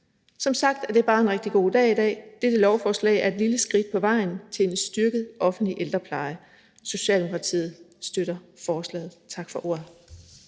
Som sagt er det bare en rigtig god dag i dag. Dette lovforslag er et lille skridt på vejen til en styrket offentlig ældrepleje. Socialdemokratiet støtter forslaget. Tak for ordet.